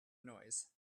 noise